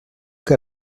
que